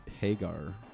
Hagar